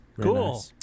Cool